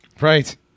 Right